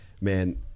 man